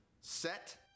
Set